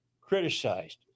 criticized